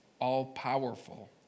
all-powerful